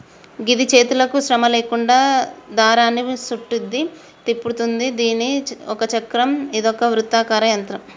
గిది చేతులకు శ్రమ లేకుండా దారాన్ని సుట్టుద్ది, తిప్పుతుంది దీని ఒక చక్రం ఇదొక వృత్తాకార యంత్రం